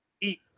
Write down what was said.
eat